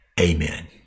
Amen